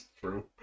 True